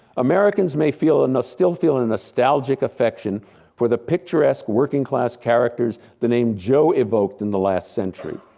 americans may feel and still feel a nostalgic affection for the picturesque working class characters the name joe evoked in the last century.